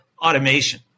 automation